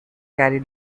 carry